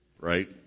right